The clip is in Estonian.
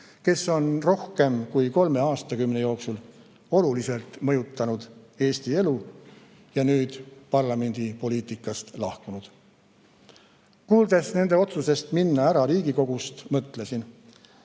kes on rohkem kui kolme aastakümne jooksul oluliselt mõjutanud Eesti elu ja nüüd parlamendipoliitikast lahkunud. Kuuldes nende otsusest minna ära Riigikogust, mõtlesin: